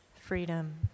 freedom